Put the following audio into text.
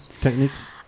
techniques